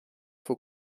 faux